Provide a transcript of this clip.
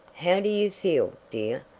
how do you feel, dear?